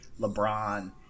LeBron